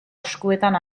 eskuetan